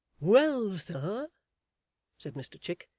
well, sir said mr chick,